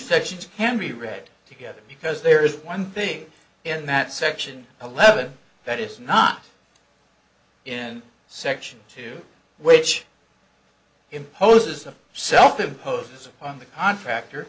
sections can be read together because there is one thing in that section eleven that is not in section two which imposes a self imposed on the contractor